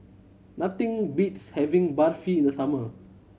nothing beats having Barfi in the summer